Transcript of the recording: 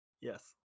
Yes